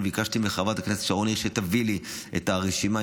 ביקשתי מחברת הכנסת שרון ניר שתביא לי את הרשימה.